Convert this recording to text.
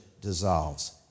dissolves